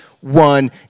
one